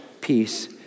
peace